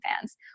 fans